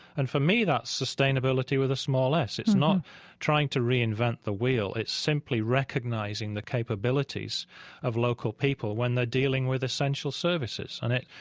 and for me, that's sustainability with a small s. it's not trying to reinvent the wheel. it's simply recognizing the capabilities of local people when they're dealing with essential services services and it,